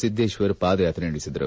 ಸಿದ್ದೇಶ್ವರ್ ಪಾದಯಾತ್ರೆ ನಡೆಸಿದರು